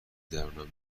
درونم